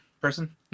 person